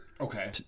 Okay